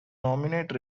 nominate